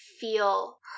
feel